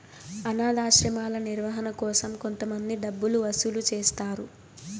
అనాధాశ్రమాల నిర్వహణ కోసం కొంతమంది డబ్బులు వసూలు చేస్తారు